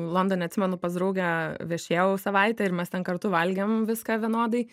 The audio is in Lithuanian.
londone atsimenu pas draugę viešėjau savaitę ir mes ten kartu valgėm viską vienodai